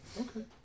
Okay